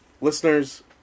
listeners